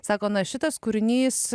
sakoma šitas kūrinys